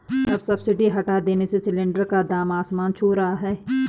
अब सब्सिडी हटा देने से सिलेंडर का दाम आसमान छू रहा है